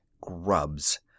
grubs